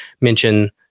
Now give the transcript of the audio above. mention